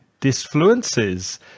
disfluences